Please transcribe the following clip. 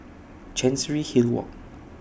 Chancery Hill Walk